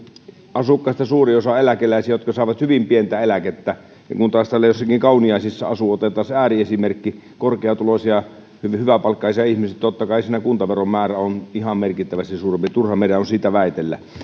asukkaista suuri osa eläkeläisiä jotka saavat hyvin pientä eläkettä kun taas täällä jossakin kauniaisissa asuu otetaan se ääriesimerkki korkeatuloisia hyväpalkkaisia ihmisiä totta kai siellä kuntaveron määrä on ihan merkittävästi suurempi turha meidän on siitä väitellä